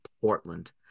portland